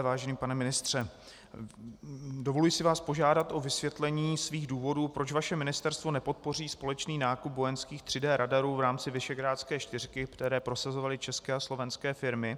Vážený pane ministře, dovoluji si vás požádat o vysvětlení důvodů, proč vaše ministerstvo nepodpoří společný nákup vojenských 3D radarů v rámci Visegrádské čtyřky, které prosazovaly české a slovenské firmy.